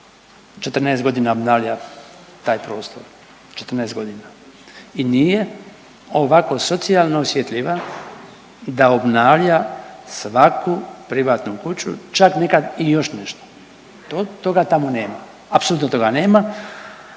14 godina obnavlja taj prostor, 14 godina i nije ovako socijalno osjetljiva da obnavlja svaku privatnu kuću čak nekad i još nešto. Toga tamo nema. Mi smo se